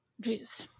Jesus